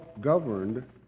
governed